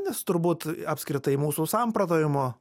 nes turbūt apskritai mūsų samprotavimo